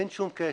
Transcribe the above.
אין שום קשר.